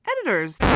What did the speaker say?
editors